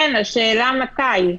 השאלה מתי.